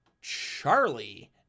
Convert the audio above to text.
charlie